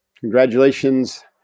congratulations